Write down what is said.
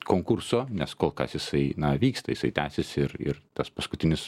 konkurso nes kol kas jisai na vyksta jisai tęsiasi ir ir tas paskutinis